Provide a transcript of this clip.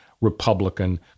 Republican